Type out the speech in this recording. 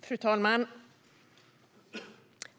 Fru talman!